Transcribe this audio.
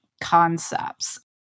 concepts